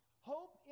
hope